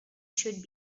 should